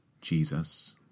Jesus